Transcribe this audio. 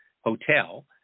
hotel